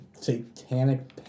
satanic